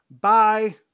Bye